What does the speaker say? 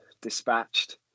dispatched